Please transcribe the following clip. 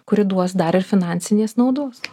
kuri duos dar ir finansinės naudos